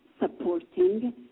supporting